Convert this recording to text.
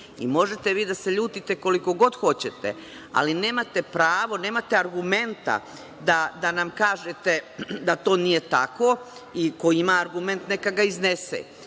vi da se ljutite kolikog god hoćete, ali nemate pravo, nemate argumenta da nam kažete da to nije tako i ko ima argument, neka ga iznese.